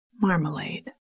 Marmalade